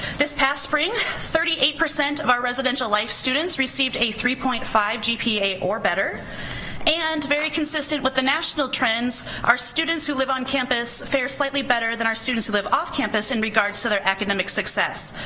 this past spring thirty eight percent of our residential life students received a three point five gpa or better and, very consistent with the national trends, our students who live on campus fare slightly better than our students who live off campus, in regards to their academic success.